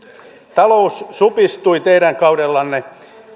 talous supistui teidän kaudellanne